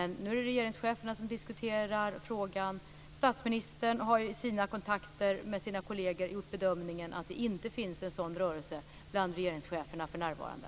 Nu är det regeringscheferna som diskuterar frågan. Statsministern har efter kontakter med sina kolleger gjort bedömningen att det inte finns en sådan rörelse bland regeringscheferna för närvarande.